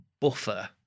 buffer